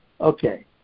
Okay